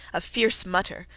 a fierce mutter,